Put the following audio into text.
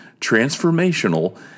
transformational